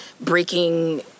breaking